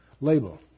label